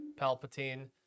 Palpatine